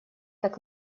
так